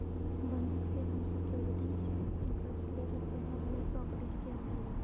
बंधक से हम सिक्योरिटी इंटरेस्ट ले सकते है रियल प्रॉपर्टीज के अंतर्गत